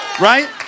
right